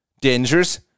Dangerous